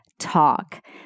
Talk